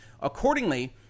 Accordingly